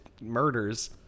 murders